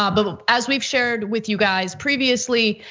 um but as we've shared with you guys previously,